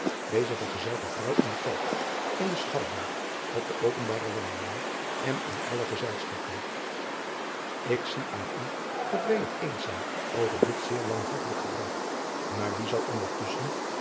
deze vergezelt de vrouw in de kerk in den schouwburg op de openbare wandelingen en in alle gezelschappen ik zie aan u dat wij het eens zijn over dit zeer wanvoegelijk gebruik maar wie zal ondertusschen